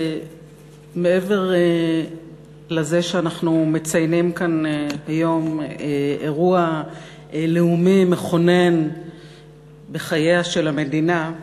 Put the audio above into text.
מעבר לזה שאנחנו מציינים כאן היום אירוע לאומי מכונן בחייה של המדינה,